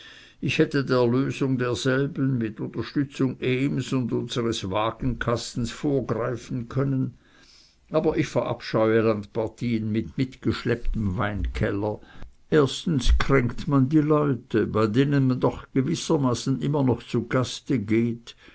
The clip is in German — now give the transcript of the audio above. ich hätte der lösung derselben mit unterstützung ehms und unsres wagenkastens vorgreifen können aber ich verabscheue landpartien mit mitgeschlepptem weinkeller erstens kränkt man die leute bei denen man doch gewissermaßen immer noch zu gaste geht